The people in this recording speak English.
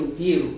view